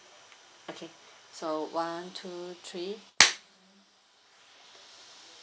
okay so one two three